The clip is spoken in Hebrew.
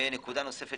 ונקודה נוספת